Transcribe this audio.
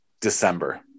December